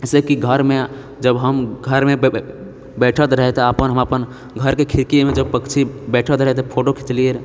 जैसेकी घरमे जब हम घरमे बैठत रहै तऽअपन हम अपन घरके खिड़कीमे जब पक्षी बैठत रहै तऽ फोटो खिचलियैरऽ